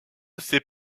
sait